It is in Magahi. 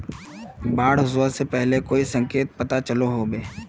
बाढ़ ओसबा से पहले कोई संकेत पता चलो होबे?